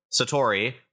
Satori